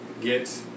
get